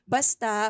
Basta